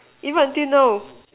even until now